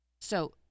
So-